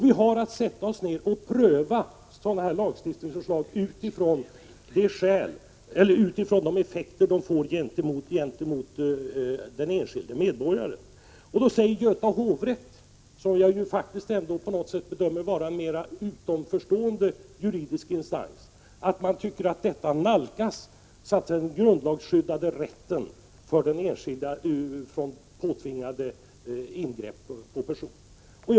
Vi har att sätta oss ned och pröva sådana här lagstiftningsförslag utifrån de effekter de får för den enskilde medborgaren. : Göta hovrätt, som jag faktiskt på något sätt bedömer vara en mer utanförstående juridisk instans, säger att man tycker att detta nalkas den grundlagsskyddade rätten för den enskilde att slippa bli påtvingad ingrepp på person.